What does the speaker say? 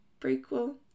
prequel